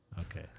Okay